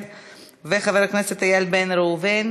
חבר הכנסת טלב אבו עראר,